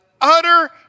utter